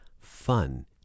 fun